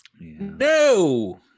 No